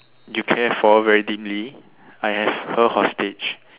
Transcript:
you care for very deeply I have her hostage